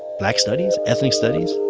black studies, ethnic studies?